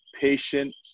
patient